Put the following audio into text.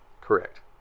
Correct